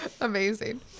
amazing